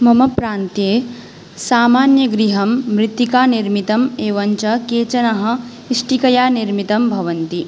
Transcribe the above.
मम प्रान्त्ये सामान्यगृहं मृत्तिकानिर्मितम् एवं च केचन इष्टिकया निर्मितं भवन्ति